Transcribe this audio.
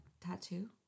tattoo